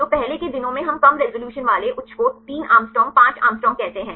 तो पहले के दिनों में हम कम रिज़ॉल्यूशन वाले उच्च को 3 Å 5 Å कहते हैं